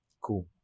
Cool